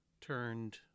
turned